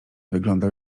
wyglądał